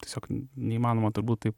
tiesiog neįmanoma turbūt tai